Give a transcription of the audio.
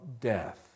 death